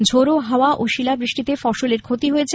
ঝোড়ো হাওয়া ও শিলাবৃষ্টিতে ফসলের ক্ষতি হয়েছে